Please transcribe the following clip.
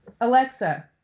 Alexa